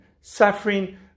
Suffering